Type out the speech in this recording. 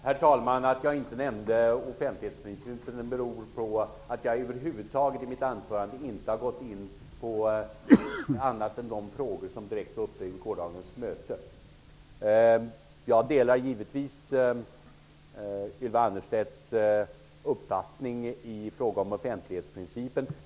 Herr talman! Att jag inte nämnde offentlighetsprincipen beror på att jag i mitt huvudanförande över huvud taget inte gick in på annat än de frågor som direkt var aktuella vid gårdagens möte. Jag delar givetvis Ylva Annerstedts uppfattning i fråga om offentlighetsprincipen.